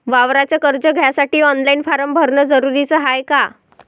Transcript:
वावराच कर्ज घ्यासाठी ऑनलाईन फारम भरन जरुरीच हाय का?